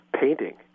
painting